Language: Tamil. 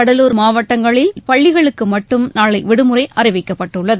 கடலூர் மாவட்டத்தில் பள்ளிகளுக்கு மட்டும் நாளை விடுமுறை அறிவிக்கப்பட்டுள்ளது